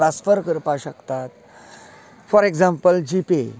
transfer करपाक शकतात for example G pay